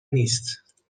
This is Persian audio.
نیست